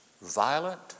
violent